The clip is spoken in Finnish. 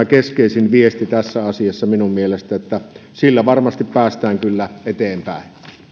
keskeisin viesti tässä asiassa minun mielestäni että sillä varmasti päästään kyllä eteenpäin